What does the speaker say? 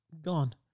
gone